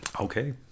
Okay